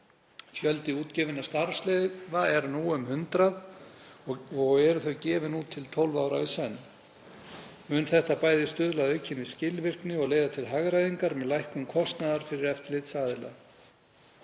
Fjöldi útgefinna starfsleyfa er nú um 100 og eru þau gefin út til 12 ára í senn. Mun þetta bæði stuðla að aukinni skilvirkni og leiða til hagræðingar með lækkun kostnaðar fyrir eftirlitsaðila.